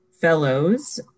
fellows